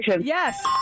yes